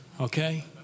okay